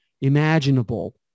imaginable